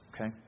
okay